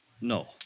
No